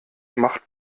macht